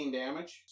damage